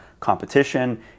competition